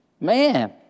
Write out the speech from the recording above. Man